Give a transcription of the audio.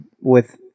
with-